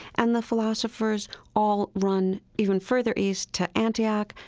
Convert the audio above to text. and the philosophers all run even further east to antioch,